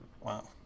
Wow